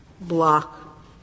block